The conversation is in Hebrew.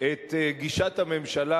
את גישת הממשלה,